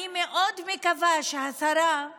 אני מקווה מאוד